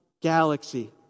galaxy